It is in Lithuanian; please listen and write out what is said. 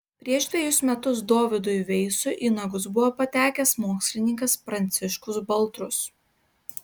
prieš dvejus metus dovydui veisui į nagus buvo patekęs mokslininkas pranciškus baltrus